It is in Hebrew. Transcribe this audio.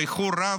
באיחור רב,